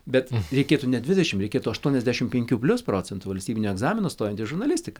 bet reikėtų ne dvidešim reikėtų aštuoniasdešim penkių plius procentų valstybinio egzamino stojant į žurnalistiką